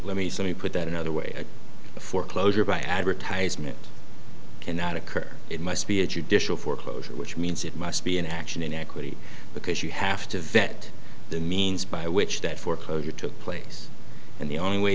let me say we put that another way a foreclosure by advertisement cannot occur it must be a judicial foreclosure which means it must be an action in equity because you have to vet the means by which that foreclosure took place and the only way